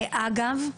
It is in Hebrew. אגב,